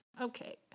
Okay